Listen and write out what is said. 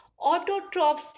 autotrophs